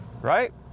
right